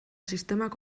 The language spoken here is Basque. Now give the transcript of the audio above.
sistemak